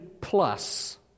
plus